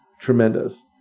tremendous